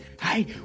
Hey